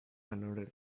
another